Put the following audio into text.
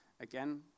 Again